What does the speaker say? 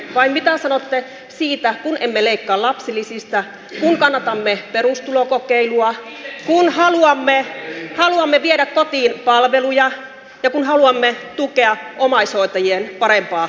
vai mitä sanotte siitä että emme leikkaa lapsilisistä kannatamme perustulokokeilua haluamme viedä kotiin palveluja ja haluamme tukea omaishoitajien parempaa jaksamista